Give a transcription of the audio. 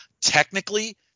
technically